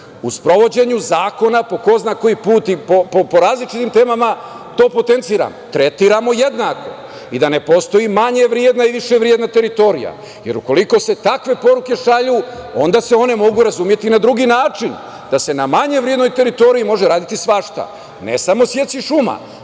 u sprovođenju zakona po ko zna koji put, po različitim temama to potenciram, tretiramo jednako i da ne postoji manje vredna i više vredna teritorija, jer ukoliko se takve poruke šalju onda se one mogu razumeti na drugi način, da se na manje vrednoj teritoriji može raditi svašta, ne samo seći šuma,